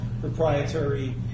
proprietary